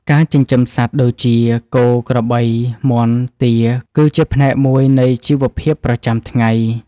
ការចិញ្ចឹមសត្វដូចជា គោ ក្របី មាន់ ទា គឺជាផ្នែកមួយនៃជីវភាពប្រចាំថ្ងៃ។